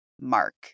mark